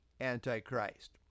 Antichrist